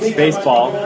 baseball